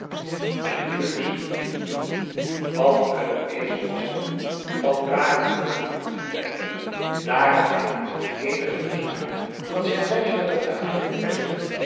mijn lieve lucie wat een ezel was hij toch van brakel wierp woedend de pen neder daar had hij nu t eenige bezwaar dat zijn reisje naar batavia in den weg stond